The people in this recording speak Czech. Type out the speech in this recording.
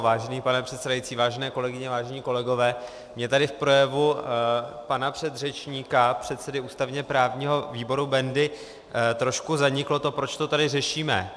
Vážený pane předsedající, vážené kolegyně, vážení kolegové, mě tady v projevu pana předřečníka, předsedy ústavněprávního výboru Bendy, trochu zaniklo to, proč to tady řešíme.